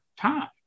time